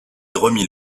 remit